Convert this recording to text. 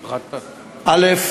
א.